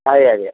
അറിയാം അറിയാം